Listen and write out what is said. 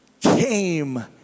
came